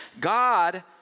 God